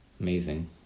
Amazing